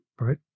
right